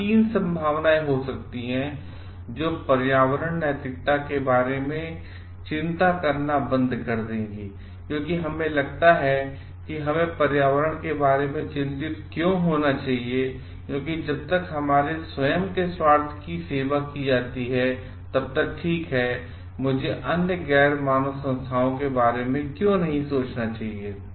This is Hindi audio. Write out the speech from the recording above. यहाँ तीन संभावनाएं हो सकती हैं जो पर्यावरण नैतिकता के बारे में चिंता करना बंद कर देंगे क्योंकि हमें लगता है किहमेंपर्यावरण के बारे में चिंतितक्योंहोना चाहिएक्योंकि जब तक हमारे स्वयं के स्वार्थ की सेवा की जाती है तब तक ठीक है मुझे अन्य गैर मानवसंस्थाओं केबारे में क्यों सोचना चाहिए